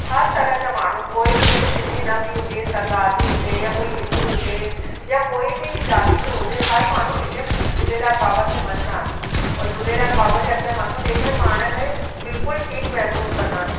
हर तराह जा माण्हू कोई बि जेको सिंधी न बि हुजे सरदारजी हुजे या कोई हिंदू हुजे या कोई बि जाति जो हुजे हर माण्हू झूलेलाल बाबा खे मञदा आहिनि ओर झूलेलाल बाबा जे अॻितां मथो टेके पाण खे बिल्कुलु ठीकु महिसूस कंदा आहिनि